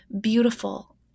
beautiful